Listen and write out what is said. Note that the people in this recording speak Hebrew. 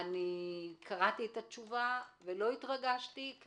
אני קראתי את התשובה ולא התרגשתי, כי